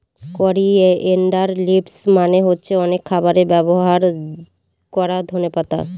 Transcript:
coriander leaves মানে হচ্ছে অনেক খাবারে ব্যবহার করা ধনে পাতা